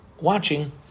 watching